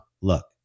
Look